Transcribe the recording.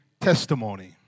testimony